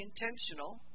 intentional